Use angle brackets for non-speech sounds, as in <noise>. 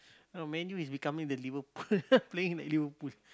now Man-U is becoming the Liverpool <laughs> playing like Liverpool